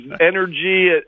energy